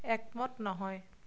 একমত নহয়